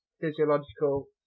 physiological